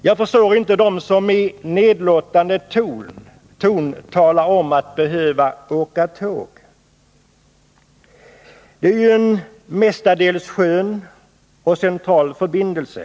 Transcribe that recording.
Jag förstår inte dem som i nedlåtande ton talar om att behöva åka tåg. Det är ju en mestadels skön och central förbindelse.